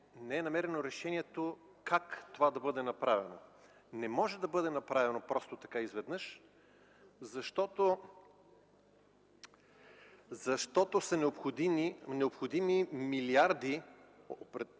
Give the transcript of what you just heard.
не е намерено решението как да бъде направено. Това не може да бъде направено просто така изведнъж, защото са необходими милиарди за